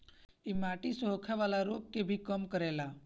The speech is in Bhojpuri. इ माटी से होखेवाला रोग के भी कम करेला